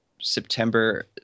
September